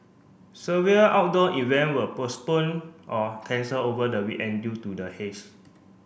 severe outdoor event were postponed or cancelled over the week end due to the haze